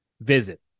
visit